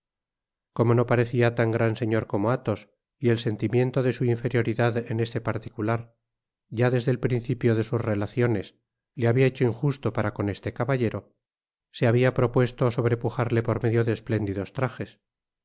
como no parecía tan gran señor como athos y el sentimiento de su inferioridad en este particular ya desde el principio de sus relaciones le habia hecho injusto para con este caballero se habia propuesto sobrepujarle por medio de espléndidos trajes